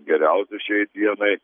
geriausius šiai dienai